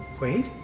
Wait